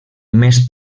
més